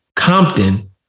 Compton